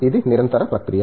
ఇది నిరంతర ప్రక్రియ